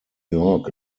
york